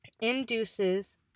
induces